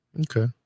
Okay